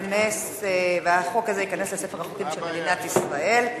הזה ייכנס לספר החוקים של מדינת ישראל.